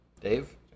Dave